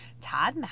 Todd